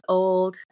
old